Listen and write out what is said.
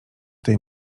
tej